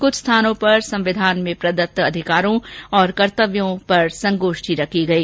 कुछ स्थानों पर संविधान में प्रदत्त अधिकारों और कर्तव्यों पर संगोष्ठी रखी गई